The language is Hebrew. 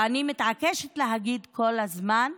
ואני מתעקשת להגיד כל הזמן: